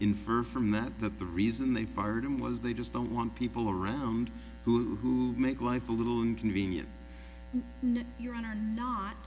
infer from that that the reason they fired him was they just don't want people around who make life a little inconvenient not